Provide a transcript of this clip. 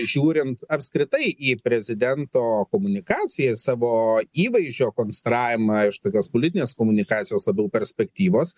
žiūrint apskritai į prezidento komunikaciją savo įvaizdžio konstravimą iš tokios politinės komunikacijos labiau perspektyvos